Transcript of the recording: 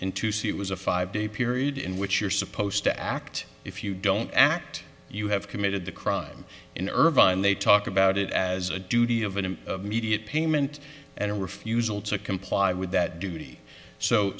into see was a five day period in which you're supposed to act if you don't act you have committed the crime in irvine they talk about it as a duty of an immediate payment and a refusal to comply with that duty so